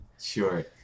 Sure